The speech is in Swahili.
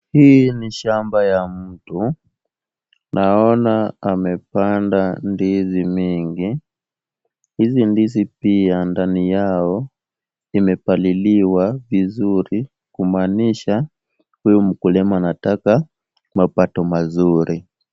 Hii ni shamba ya mtu. Naona amepanda ndizi mingi. Hizi ndizi pia ndani yao imepaliliwa vizuri kumaanisha huyu mkulima anataka mapato mazuri.